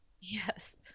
Yes